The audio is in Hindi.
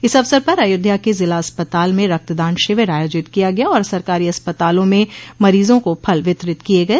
इस अवसर पर अयोध्या के जिला अस्पताल में रक्तदान शिविर आयोजित किया गया और सरकारी अस्पतालों में मरीजों को फल वितरित किये गय